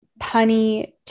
punny